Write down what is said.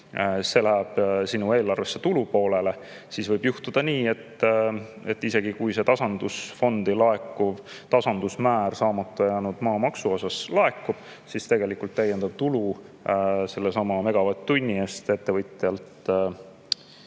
see läheb sinu eelarvesse tulupoolele. Samas võib juhtuda nii, et isegi kui see tasandusfondi laekuv tasandusmäär saamata jäänud maamaksu ulatuses laekub, siis tegelikult täiendav tulu sellesama megavatt-tunni eest ettevõtjalt sööb